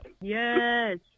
yes